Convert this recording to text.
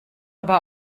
aber